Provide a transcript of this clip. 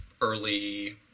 early